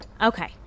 Okay